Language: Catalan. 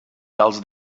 tals